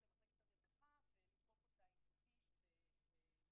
למחלקת הרווחה ולתקוף אותה עם פטיש וכדומה.